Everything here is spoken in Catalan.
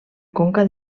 conca